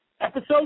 Episode